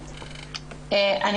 בבקשה.